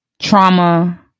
trauma